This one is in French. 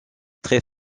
très